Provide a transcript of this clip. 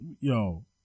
yo